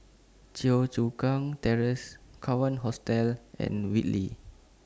Yio Chu Kang Terrace Kawan Hostel and Whitley